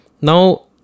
Now